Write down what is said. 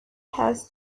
has